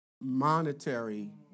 monetary